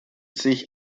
sich